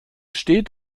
steht